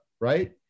Right